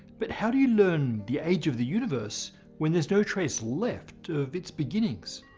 but how do you learn the age of the universe when there's no trace left of its beginnings?